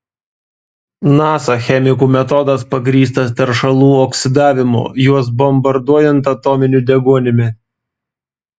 nasa chemikų metodas pagrįstas teršalų oksidavimu juos bombarduojant atominiu deguonimi